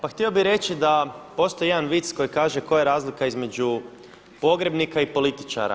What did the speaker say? Pa htio bih reći da postoji jedan vic koji kaže koja je razlika između pogrebnika i političara.